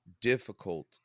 difficult